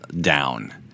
down